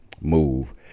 move